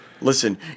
Listen